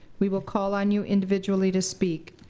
we will call on you individually to speak.